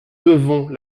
devons